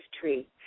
tree